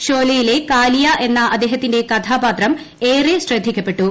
ഷോലെയിൽ കാലിയ എന്ന അദ്ദേഹത്തിന്റെ കഥാപാത്രം ഏറെ ശ്രീക്കപ്പെട്ടു